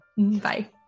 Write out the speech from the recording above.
Bye